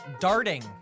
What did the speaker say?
Darting